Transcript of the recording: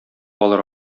алыр